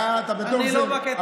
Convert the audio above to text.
אתה בתוך זה.